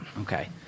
Okay